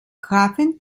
grafen